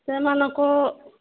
ସେମାନଙ୍କ